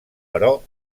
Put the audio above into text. però